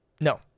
No